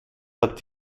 hat